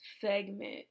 segment